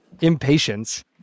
impatience